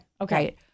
okay